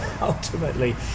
ultimately